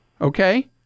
okay